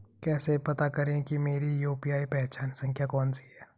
कैसे पता करें कि मेरी यू.पी.आई पहचान संख्या कौनसी है?